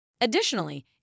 Additionally